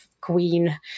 queen